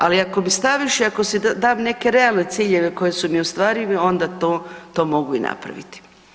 Ali ako mi staviš i ako si dam neke realne ciljeve koji su mi ostvarivi onda to mogu i napraviti.